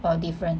or different